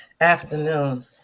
afternoon